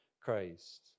Christ